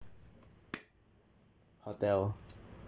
hotel